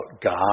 God